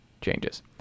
changes